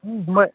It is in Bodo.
फंबाय